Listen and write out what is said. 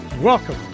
Welcome